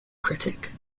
critic